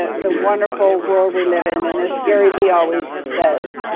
ah the wonderful world we live in. and as gary vee always says,